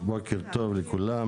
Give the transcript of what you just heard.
בוקר טוב לכולם.